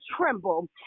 tremble